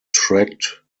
tracked